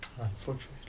Unfortunately